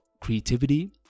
creativity